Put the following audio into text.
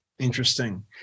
Interesting